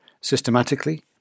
systematically